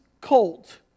colt